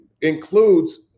includes